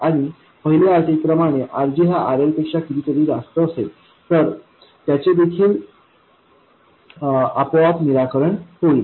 आणि पहिल्या अटीप्रमाणे RG हा RL पेक्षा कितीतरी जास्त असेल तर त्याचे देखील आपोआप निराकरण होईल